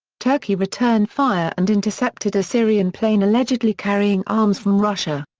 turkey returned fire and intercepted a syrian plane allegedly carrying arms from russia.